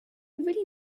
really